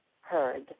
heard